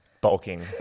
bulking